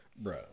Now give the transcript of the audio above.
Bro